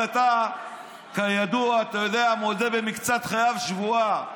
אבל אתה כידוע, אתה יודע, מודה במקצת חייב שבועה,